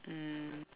mm